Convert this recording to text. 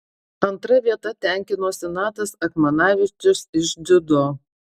antra vieta tenkinosi natas akmanavičius iš dziudo